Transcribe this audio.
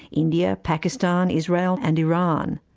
india, pakistan, israel and iran.